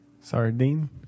Sardine